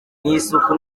n’isuku